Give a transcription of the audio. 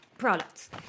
products